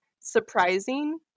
surprising